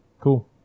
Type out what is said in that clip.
cool